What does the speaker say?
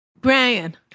Brian